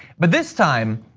but this time,